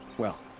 well.